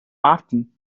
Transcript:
often